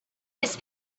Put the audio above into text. this